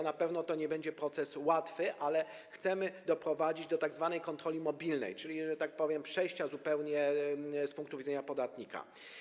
Na pewno to nie będzie proces łatwy, ale chcemy doprowadzić do tzw. kontroli mobilnej, czyli - że tak powiem - przejścia zupełnie do punktu widzenia podatnika.